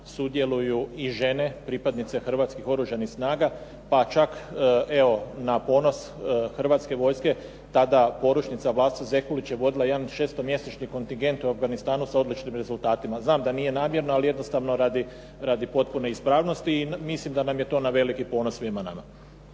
sudjeluju i žene, pripadnice hrvatskih Oružanih snaga pa čak evo na ponos Hrvatske vojske, tada poručnica Vlasta Zekulić je vodila jedan 6-mjesečni kontingent u Afganistanu sa odličnim rezultatima. Znam da nije namjerno, ali jednostavno radi potpune ispravnosti i mislim da je to na veliki ponos svima nama.